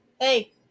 Hey